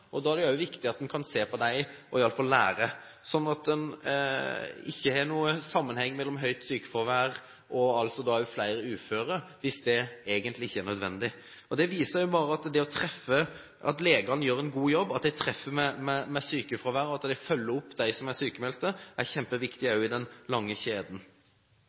og da er det også viktig at en kan se på dem og kanskje lære, slik at det ikke er noen sammenheng mellom høyt sykefravær og flere uføre, hvis det egentlig ikke er nødvendig. Det viser bare at legene gjør en god jobb. At de treffer med sykefravær og følger opp dem som er sykmeldte, er kjempeviktig i den lange kjeden.